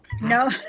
No